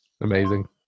Amazing